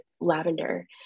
lavender